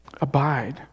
Abide